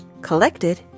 Collected